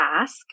ask